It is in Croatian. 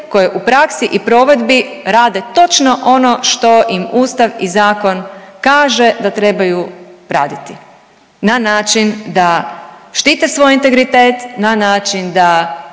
koje u praksi i provedbi rade točno ono što im Ustav i zakon kaže da trebaju raditi na način da štite svoj integritet, na način da